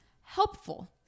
helpful